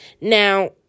Now